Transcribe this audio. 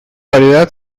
variedad